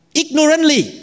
ignorantly